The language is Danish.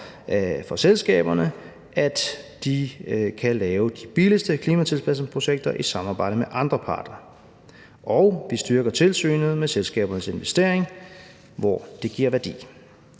for selskaberne for at lave de billigste klimatilpasningsprojekter i samarbejde med andre partnere, og vi styrker tilsynet med selskabernes investering, hvor det giver værdi.